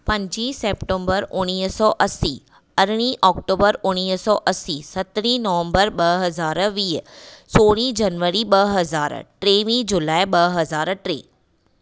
पंजीं सेप्टेंबर उणिवीह सौ असी अरिड़हीं अक्टूबर उणिवीह सौ असी सतरीं नवम्बर ॿ हज़ार वीह सोरहीं जनवरी ॿ हज़ार टेवीह जुलाई ॿ हज़ार टे